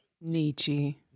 Nietzsche